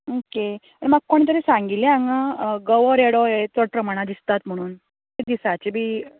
okay आनी म्हाका कोणें तरी सांगिल्लें हांगां गोवो रेडो हें चड प्रमाणांत दिसतात म्हणून दिसाचें बी